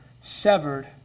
severed